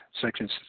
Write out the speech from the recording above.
Section